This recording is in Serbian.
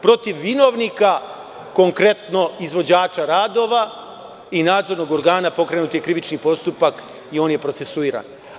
Protiv vinovnika, konkretno izvođača radova i nadzornog organa pokrenut je krivični postupak i on je procesuiran.